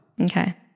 Okay